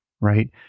right